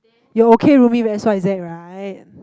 you okay rooming with X_Y_Z right